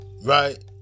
right